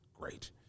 great